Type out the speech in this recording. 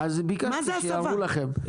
אז ביקשתי שיראו לכם,